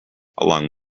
along